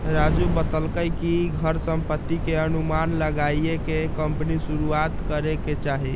राजू बतलकई कि घर संपत्ति के अनुमान लगाईये के कम्पनी शुरू करे के चाहि